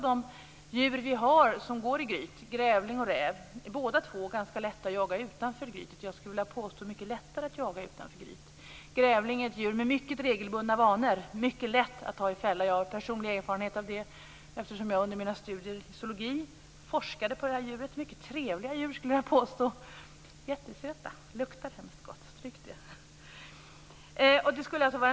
De djur vi har som går i gryt, grävling och räv, är ganska lätta att jaga utanför gryt - ja, jag vill påstå att de är mycket lättare att jaga utanför. Grävlingen är ett djur med mycket regelbundna vanor och är lätt att fånga i en fälla. Jag har personlig erfarenhet av det, eftersom jag under mina studier i zoologi forskade på det djuret.